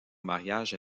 mariage